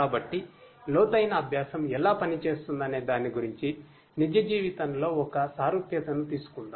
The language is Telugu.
కాబట్టి లోతైన అభ్యాసం ఎలా పనిచేస్తుందనే దాని గురించి నిజ జీవితంలో ఒక సారూప్యతను తీసుకుందాం